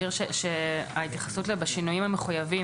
זה כנראה מה שהיה בהצעה המקורית,